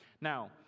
Now